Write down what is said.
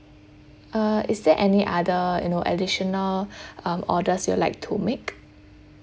uh is there any other you know additional um orders you like to make